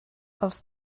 els